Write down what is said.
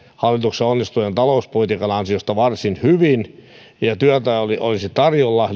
hallituksen onnistuneen talouspolitiikan ansiosta varsin hyvin ja työtä olisi tarjolla